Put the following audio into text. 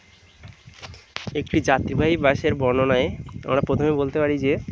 একটি যাত্রীবাহী বাসের বর্ণনায় আমরা প্রথমে বলতে পারি যে